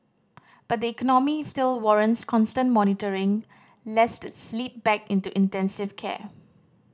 but the economy still warrants constant monitoring lest it slip back into intensive care